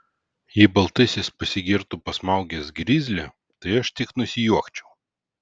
jei baltasis pasigirtų pasmaugęs grizlį tai aš tik nusijuokčiau